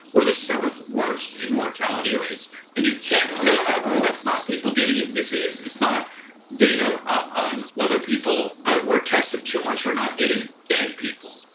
we're the seventh worst in mortality rates and you can't fake that cuz that's not people getting a disease. it's not data on whether people were tested too much or not, it is dead people.